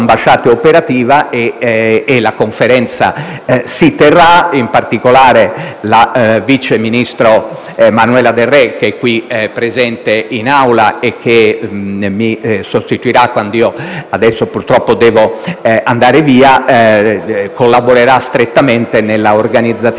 l'ambasciata è operativa e la Conferenza si terrà. In particolare, il vice ministro Emanuela Del Re, ora presente in Aula (che mi sostituirà quando purtroppo dovrò andare via), collaborerà strettamente nell'organizzazione